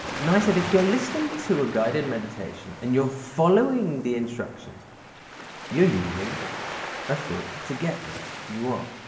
now said if you're listening to a guided meditation and you're following the instructions you're using a thought to get there. you are.